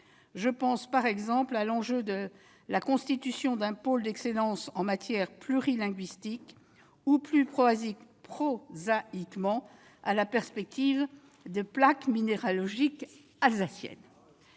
Je pense par exemple à la constitution d'un pôle d'excellence en matière de plurilinguisme et, plus prosaïquement, à la perspective de plaques minéralogiques alsaciennes.